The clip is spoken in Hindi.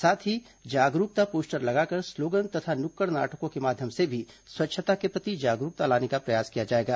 साथ ही जागरूकता पोस्टर लगाकर और स्लोगन तथा नुक्कड़ नाटकों के माध्यम से भी स्वच्छता के प्रति जागरूकता लाने का प्रयास किया जाएगा